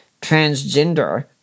transgender